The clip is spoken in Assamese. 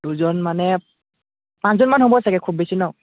দুজন মানে পাঁচজনমান হ'ব চাগে খুব বেছি নহ্